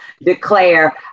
declare